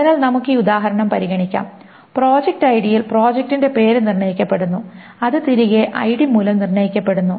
അതിനാൽ നമുക്ക് ഈ ഉദാഹരണം പരിഗണിക്കാം പ്രോജക്റ്റ് ഐഡിയിൽ പ്രോജക്റ്റിന്റെ പേര് നിർണ്ണയിക്കപ്പെടുന്നു അത് തിരികെ ഐഡി മൂലം നിർണ്ണയിക്കപ്പെടുന്നു